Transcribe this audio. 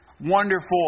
wonderful